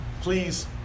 please